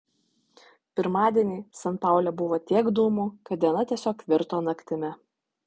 pirmadienį san paule buvo tiek dūmų kad diena tiesiog virto naktimi